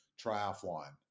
triathlon